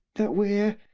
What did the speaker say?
that we're.